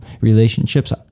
relationships